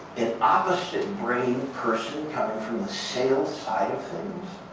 an opposite brain person coming from the sales side of things,